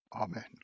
Amen